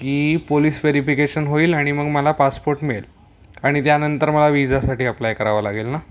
की police verification होईल आणि मग मला पासपोर्ट मिळेल आणि त्यानंतर मला विझासाठी अप्लाय करावा लागेल ना